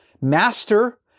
master